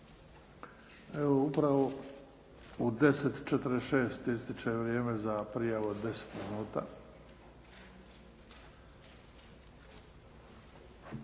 Evo upravo u 10,46 ističe vrijeme za prijavu od 10 minuta.